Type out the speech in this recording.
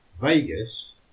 Vegas